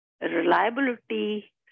reliability